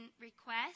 request